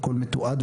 הכל היה מתועד,